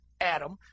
adam